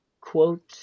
quote